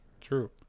True